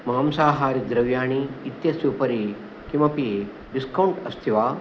मांसाहारी द्रव्याणि इत्यस्य उपरि किमपि डिस्कौण्ट् अस्ति वा